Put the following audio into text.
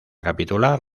capitular